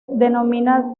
denomina